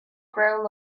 grow